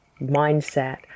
mindset